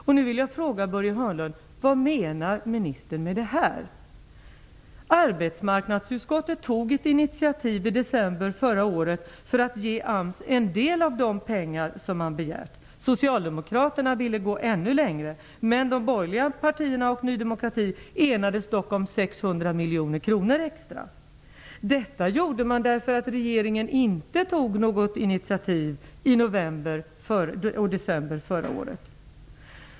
Jag vill då fråga Börje Hörnlund: Vad menar ministern med det här? Arbetsmarknadsutskottet tog i december förra året ett initiativ för att ge AMS en del av de pengar som man hade begärt. Socialdemokraterna ville gå ännu längre, men de borgerliga partierna och Ny demokrati enades om 600 miljoner kronor extra. Detta gjorde man därför att regeringen inte tog något initiativ i november och december förra året.